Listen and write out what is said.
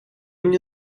мне